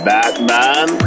Batman